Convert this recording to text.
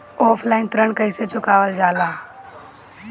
Offline ऋण कइसे चुकवाल जाला?